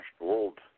World